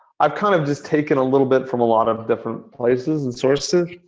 i've kind of just taken a little bit from a lot of different places and sources.